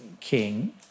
king